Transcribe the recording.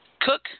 Cook